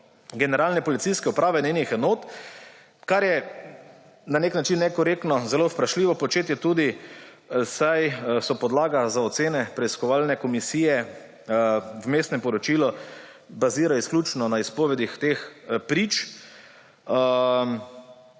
Generalne policijske uprave in njenih enot, kar je na nek način nekorektno, tudi zelo vprašljivo početje, saj podlaga za ocene preiskovalne komisije v Vmesnem poročilu bazira izključno na izpovedih teh prič,